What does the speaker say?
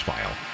File